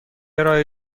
ارائه